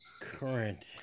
Current